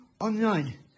online